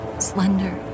Slender